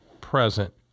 present